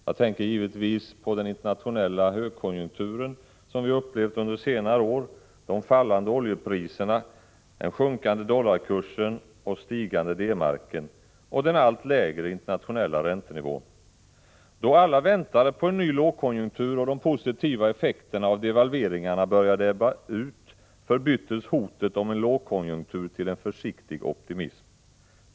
Jag tänker givetvis på den internationella högkonjunktur vi upplevt under senare år, de fallande oljepriserna, den sjunkande dollarkursen och den stigande D-marken samt den allt lägre internationella räntenivån. Då alla väntade på en ny lågkonjunktur och de positiva effekterna av devalveringarna började ebba ut, förbyttes hotet om en lågkonjunktur till en försiktig optimism.